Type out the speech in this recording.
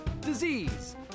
disease